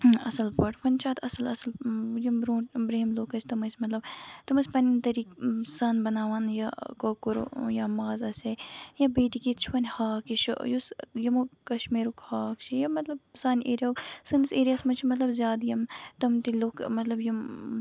اَصٕل پٲٹھۍ وۄنۍ چھِ اَتھ اَصٕل اَصٕل یِم برونٹھ بروٚہِم لُکھ ٲسۍ تِم ٲسۍ مطلب تِم ٲسۍ پَنٕنٮ۪ن طریٖقہٕ اِنسان بَناوان یہِ کۄکُر یا ماز ٲسۍ یا بیٚیہِ تہِ کیٚنہہ چھُ وۄنۍ ہاکھ یہِ چھُ یُس یِمو کَشمیٖرُک ہاکھ چھُ یِم مطلب سانہِ ایریاہُک سٲنِس ایریاہَس منٛز چھِ مطلب زیادٕ یِم تِم تہِ لُکھ مطلب یِم